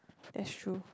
that's true